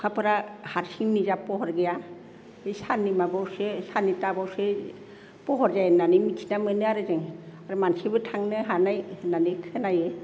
अखाफोरा हारसिं निजा पहर गैया बे साननि माबायावसो साननि तापआवसो पहर जायो होननानै मिथिना मोनो आरो जों आरो मानसिबो थांनो हानाय होननानै खोनायो